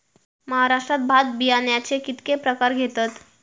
महाराष्ट्रात भात बियाण्याचे कीतके प्रकार घेतत?